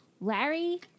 Larry